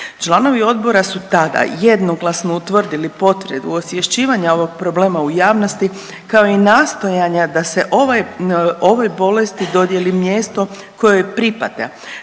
Članovi odbora su tada jednoglasno utvrdili potrebu osvješćivanja ovog problema u javnosti, kao i nastojanja da se ovaj, ovoj bolesti dodjeli mjesto koje joj pripada,